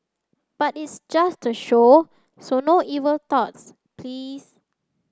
but it's just show so no evil thoughts please